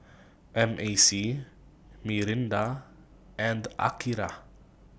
M A C Mirinda and Akira